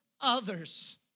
others